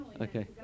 Okay